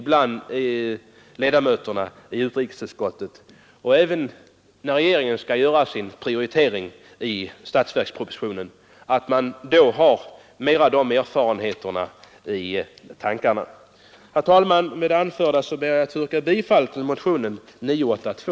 Även regeringen skulle kunna dra nytta av dessa erfarenheter när den skall utarbeta statsverkspropositionen. Herr talman! Med det anförda ber jag att få yrka bifall till motionen 982.